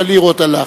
וגם שלוש הלירות הלך.